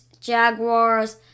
Jaguars